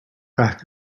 back